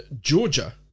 Georgia